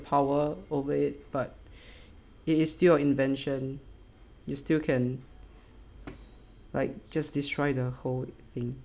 power over it but it is still invention you still can like just destroy the whole thing